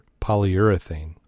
polyurethane